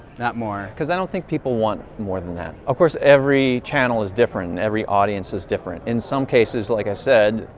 not more. cause i don't think people want more than that. of course, every channel is different and every audience is different. in some cases, like i said,